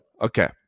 Okay